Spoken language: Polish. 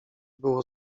było